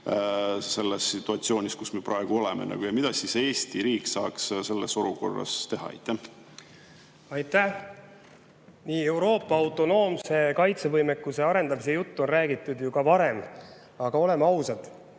selles situatsioonis, kus me praegu oleme? Ja mida Eesti riik saaks selles olukorras teha? Aitäh! Euroopa autonoomse kaitsevõimekuse arendamise juttu on räägitud ka varem, aga oleme ausad,